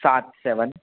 सात सेवेन